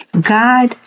God